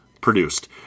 produced